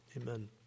Amen